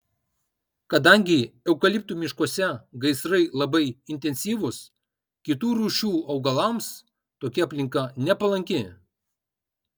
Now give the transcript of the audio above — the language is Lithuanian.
kadangi eukaliptų miškuose gaisrai labai intensyvūs kitų rūšių augalams tokia aplinka nepalanki